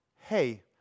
hey